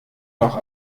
noch